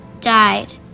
Died